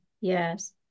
Yes